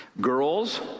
Girls